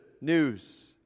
news